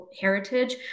heritage